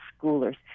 schoolers